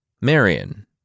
Marion